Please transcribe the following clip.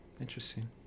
interesting